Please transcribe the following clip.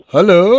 Hello